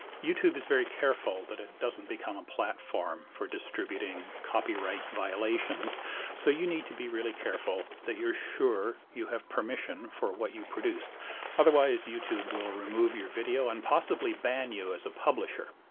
youtube is very careful that it doesn't become a platform for distributing copyright violations so you need to be really careful that you're sure you have permission for what you produce otherwise youtube will remove your video and possibly ban you as a publisher.